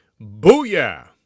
Booyah